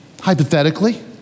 Hypothetically